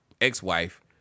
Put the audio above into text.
ex-wife